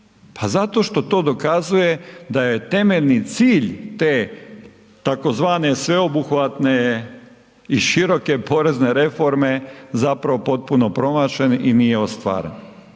Pa zato što to dokazuje da je temeljni cilj te tzv. sveobuhvatne i široke porezne reforme zapravo potpuno promašen i nije ostvaren.